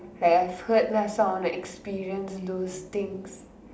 like I have heard last time I want to experience in those things